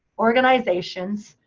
organizations,